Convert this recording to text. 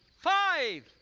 five!